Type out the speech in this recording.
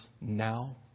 now